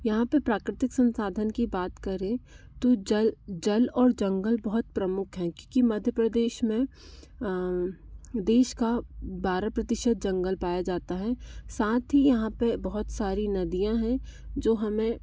यहाँ पर प्राकृतिक संसाधन की बात करें तो जल जल और जंगल बहुत प्रमुख हैं क्योंकि मध्य प्रदेश में देश का बारह प्रतिशत जंगल पाया जाता है सात ही यहाँ पर बहुत सारी नदियाँ है जो हमें